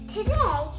Today